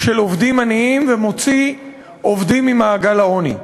של עובדים עניים ומוציא עובדים ממעגל העוני.